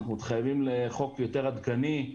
אנחנו מתחייבים לחוק יותר עדכני.